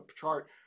chart